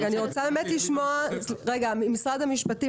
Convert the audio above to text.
אני רוצה לשמוע את משרד המשפטים.